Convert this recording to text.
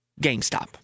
GameStop